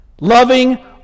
Loving